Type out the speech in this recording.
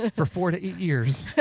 and for four to eight years. and